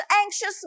anxious